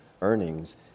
earnings